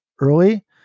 early